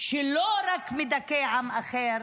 שלא רק מדכא עם אחר,